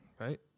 right